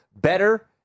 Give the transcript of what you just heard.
better